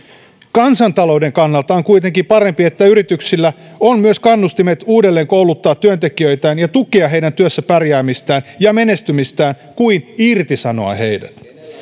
kansantalouden kannalta on kuitenkin parempi että yrityksillä on ennemmin kannustimet edelleenkouluttaa työntekijöitään ja tukea heidän työssä pärjäämistään ja menestymistään kuin irtisanoa heidät